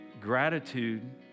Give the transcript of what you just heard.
gratitude